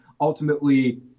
ultimately